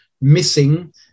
missing